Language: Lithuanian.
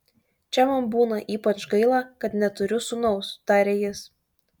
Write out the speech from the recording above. čia man būna ypač gaila kad neturiu sūnaus tarė jis